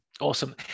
Awesome